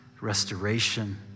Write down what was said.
restoration